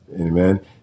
amen